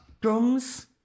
Drums